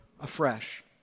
afresh